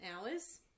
hours